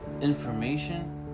Information